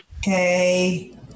Okay